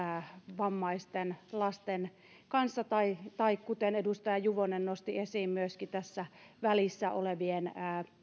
vammaisten lasten kanssa tai tai kuten edustaja juvonen nosti esiin myöskin tässä välissä olevien